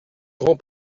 grand